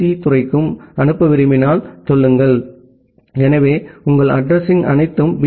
இ துறைக்கும் அனுப்ப விரும்பினால் சொல்லுங்கள் எனவே உங்கள் அட்ரஸிங்அனைத்து பி